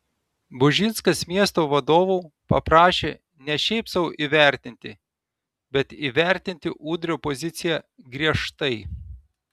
bužinskas miesto vadovų paprašė ne šiaip sau įvertinti bet įvertinti udrio poziciją griežtai